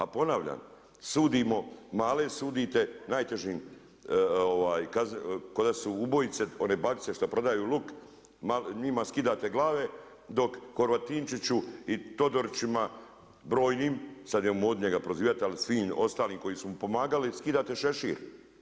A ponavljam sudimo male, sudite najtežim ko da su ubojice one bakice što prodaju luk, njima skidate glave dok Horvatinčiću i Todorićima brojnim, sad je u modi njega prozivati ali svim ostalim koji su mu pomagali skidate šešir.